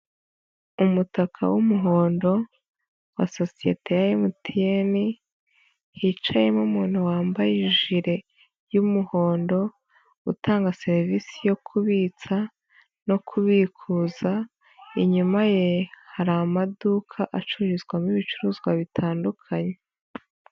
Umutaka w'umuhondo wa sosiyete ya MTN, hicayemo umuntu wambaye ijire y'umuhondo, utanga serivisi yo kubitsa no kubikuza, inyuma ye hari amaduka acururizwamo ibicuruzwa bitandukanye.